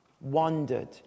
wandered